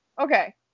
Okay